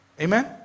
Amen